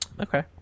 Okay